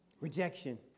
Rejection